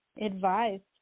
advised